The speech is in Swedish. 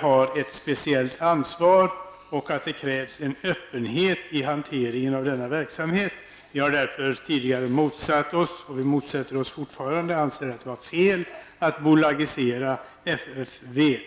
har ett särskilt ansvar och att det krävs öppenhet i hanteringen av denna verksamhet. Vi har tidigare motsatt oss en bolagisering av FFV, och anser att det var fel att det skedde.